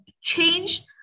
change